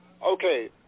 Okay